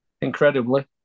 incredibly